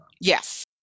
Yes